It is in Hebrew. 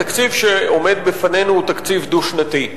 התקציב שעומד בפנינו הוא תקציב דו-שנתי,